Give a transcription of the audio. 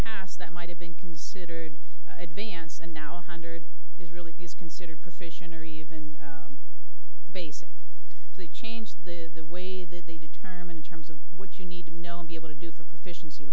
past that might have been considered advance and now one hundred is really is considered profession or even basic to change the way that they determine in terms of what you need to know and be able to do for proficiency